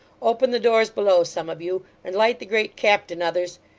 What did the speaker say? open the doors below, some of you. and light the great captain, others!